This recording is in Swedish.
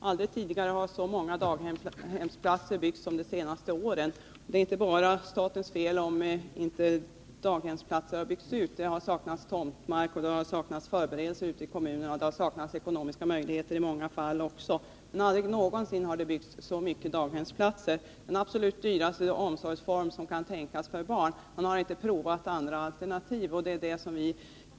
Herr talman! Aldrig tidigare har så många daghemsplatser byggts som under de senaste åren. Det är inte bara statens fel om inte alla beslutade daghemsplatser har byggts ut. Det har saknats tomtmark och förberedelser ute i kommunerna. Det har också saknats ekonomiska möjligheter i många fall. Men aldrig någonsin tidigare har det byggts ut så många daghemsplatser, den absolut dyraste omsorgsform för barn som kan tänkas. Man har inte prövat andra alternativ.